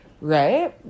right